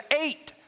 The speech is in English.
eight